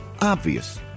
Obvious